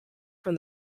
from